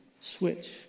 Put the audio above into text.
switch